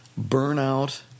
burnout